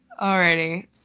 Alrighty